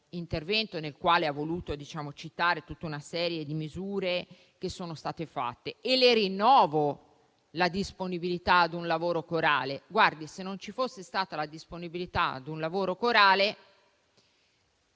intervento nel quale ha voluto citare tutta una serie di misure che sono state fatte e le rinnovo la disponibilità a un lavoro corale. Se non ci fosse stata tale disponibilità, lei oggi